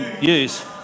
Use